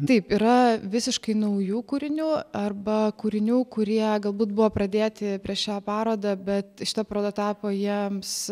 taip yra visiškai naujų kūrinių arba kūrinių kurie galbūt buvo pradėti prieš šią parodą bet šita paroda tapo jiems